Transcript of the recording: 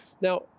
Now